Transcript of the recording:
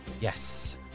Yes